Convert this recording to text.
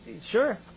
sure